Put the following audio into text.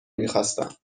میخواستم